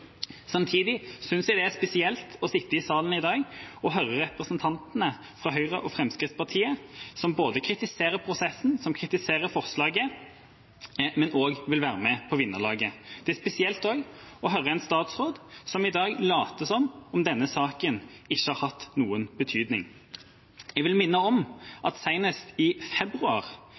Samtidig synes jeg det er spesielt å sitte i salen i dag og høre representantene fra Høyre og Fremskrittspartiet som kritiserer prosessen, som kritiserer forslaget, men også vil være med på vinnerlaget. Det er også spesielt å høre en statsråd som i dag later som om denne saken ikke har hatt noen betydning. Jeg vil minne om at det senest i februar,